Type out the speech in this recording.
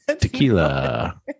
tequila